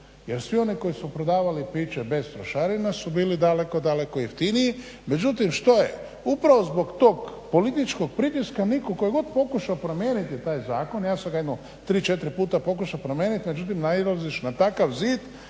jer svi oni koji su prodavali piće bez trošarina su bili daleko, daleko jeftiniji. Međutim što je, upravo zbog tog političkog pritiska nitko, tko je god pokušao promijeniti taj zakon, ja sam ga jedno tri, četiri puta pokušao promijeniti, međutim nailaziš na takav zid